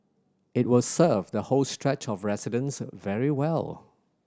it will serve the whole stretch of residents very well